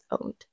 owned